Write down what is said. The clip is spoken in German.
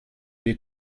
wir